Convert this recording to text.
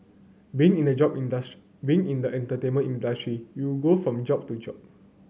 being in the job industry being in the entertainment industry you go from job to job